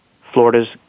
Florida's